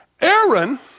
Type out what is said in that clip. Aaron